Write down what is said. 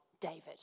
David